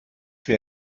wir